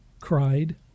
cried